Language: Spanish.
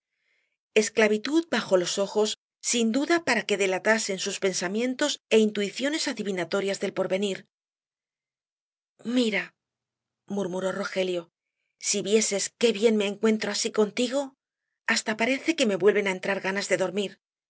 esclavitud bajó los ojos sin duda para que delatasen sus pensamientos é intuiciones adivinatorias del porvenir mira murmuró rogelio si vieses qué bien me encuentro así contigo hasta parece que me vuelven á entrar ganas de dormir